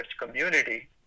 community